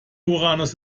uranus